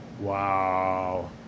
Wow